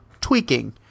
tweaking